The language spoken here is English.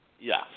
Yes